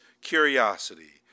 curiosity